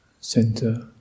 Center